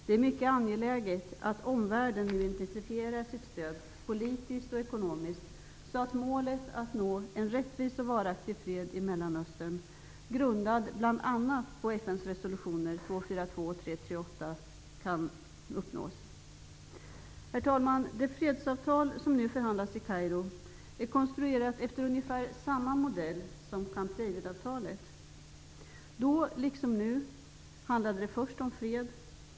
Det är mycket angeläget att omvärlden nu intensifierar sitt stöd, politiskt och ekonomiskt, så att målet att nå en rättvis och varaktig fred i Mellanöstern bl.a. grundad på FN:s resolutioner 242 och 338 kan uppnås. Herr talman! Det fredsavtal som man nu förhandlar om i Kairo är konstruerat efter ungefär samma modell som Camp David-avtalet. Då, liksom nu, handlade det först om fred.